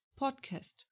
podcast